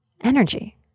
energy